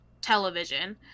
television